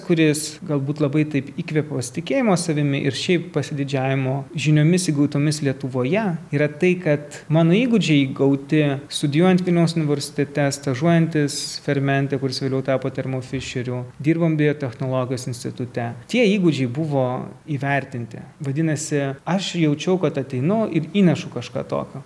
kuris galbūt labai taip įkvepia pasitikėjimo savimi ir šiaip pasididžiavimo žiniomis gautomis lietuvoje yra tai kad mano įgūdžiai gauti studijuojant vilniaus universitete stažuojantis fermente kuris vėliau tapo termofišerių dirbom biotechnologijos institute tie įgūdžiai buvo įvertinti vadinasi aš jaučiau kad ateinu ir įnešu kažką tokio